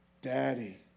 Daddy